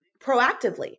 proactively